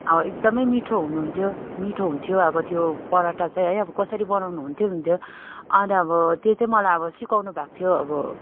अब एकदमै मिठो हुन्थ्यो मिठो हुन्थ्यो अब त्यो पराठा चाहिँ है अब कसरी बनाउनु हुन्थ्यो हुन्थ्यो अन्त अब त्यो चाहिँ मलाई अब सिकाउनु भएको थियो अब